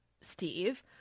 Steve